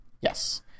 Yes